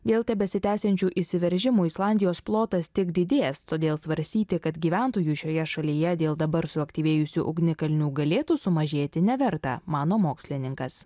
dėl tebesitęsiančių išsiveržimų islandijos plotas tik didės todėl svarstyti kad gyventojų šioje šalyje dėl dabar suaktyvėjusių ugnikalnių galėtų sumažėti neverta mano mokslininkas